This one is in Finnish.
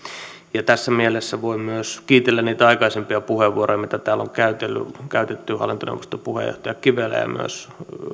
tässä mielessä voin myös kiitellä niitä aikaisempia puheenvuoroja mitä täällä on käytetty hallintoneuvoston puheenjohtaja kivelää ja myös